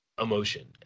emotion